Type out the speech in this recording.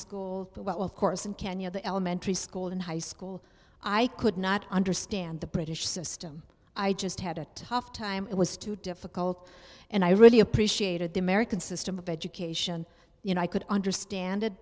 school well of course in kenya the elementary school and high school i could not understand the british system i just had a tough time it was too difficult and i really appreciated the american system of education you know i could understand it